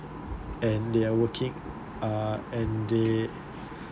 and they are working uh and they and they